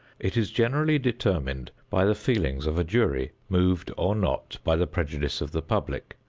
it is generally determined by the feelings of a jury, moved or not by the prejudice of the public,